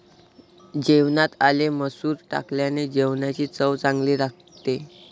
जेवणात आले मसूर टाकल्याने जेवणाची चव चांगली लागते